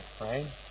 right